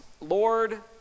Lord